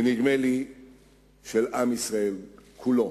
ונדמה לי של עם ישראל כולו.